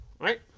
Right